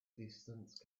distance